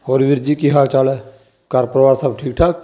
ਹੋਰ ਵੀਰ ਜੀ ਕੀ ਹਾਲ ਚਾਲ ਹੈ ਘਰ ਪਰਿਵਾਰ ਸਭ ਠੀਕ ਠਾਕ